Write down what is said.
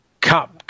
cup